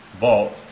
vault